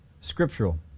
scriptural